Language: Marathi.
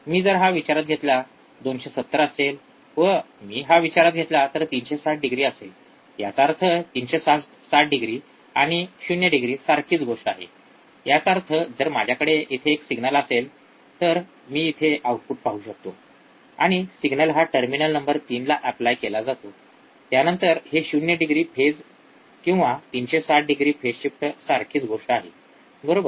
मी जर हा विचारात घेतला २७० असेल व जर मी हा विचारात घेतला तर हा ३६० डिग्री असेल याचा अर्थ ३६० डिग्री आणि ० डिग्री सारखेच गोष्ट आहे याचा अर्थ जर माझ्याकडे इथे एक सिग्नल असेल तर मी इथे आऊटपुट पाहू शकतो आणि सिग्नल हा टर्मिनल नंबर ३ ला एप्लाय केला जातो त्यानंतर हे ० डिग्री फेज किंवा ३६० डिग्री फेज शिफ्ट सारखेच गोष्ट आहे बरोबर